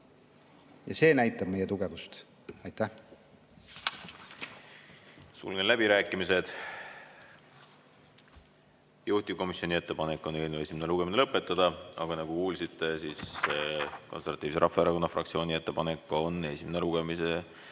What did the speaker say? See näitab meie tugevust. Aitäh!